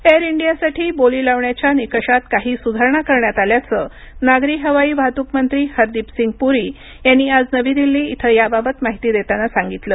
air इंडियासाठी बोली लावण्याच्या निकषात काही सुधारणा करण्यात आल्याचं नागरी हवाई वाहतूक मंत्री हरदीपसिंग पुरी यांनी आज नवी दिल्ली इथं याबाबत माहिती देताना सांगितलं